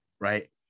right